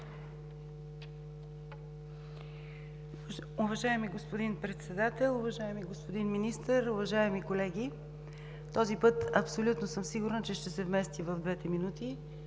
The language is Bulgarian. Уважаеми господин Председател, уважаеми господин Министър, уважаеми колеги! Този път абсолютно съм сигурна, че ще се вместя в двете минути,